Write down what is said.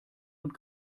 und